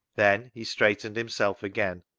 then he straightened himself again,